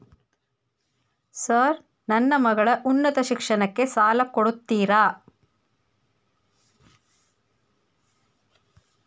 Sir ನನ್ನ ಮಗಳ ಉನ್ನತ ಶಿಕ್ಷಣಕ್ಕೆ ಸಾಲ ಕೊಡುತ್ತೇರಾ?